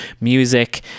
music